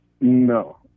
No